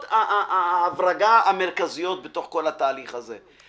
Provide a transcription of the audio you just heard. ההברגה המרכזיות בתוך כל התהליך הזה,